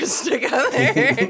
together